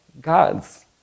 God's